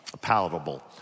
palatable